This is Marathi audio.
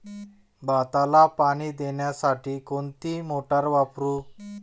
भाताला पाणी देण्यासाठी कोणती मोटार वापरू?